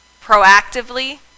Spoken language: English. proactively